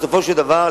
בסופו של דבר,